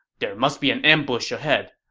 there must be an ambush ahead.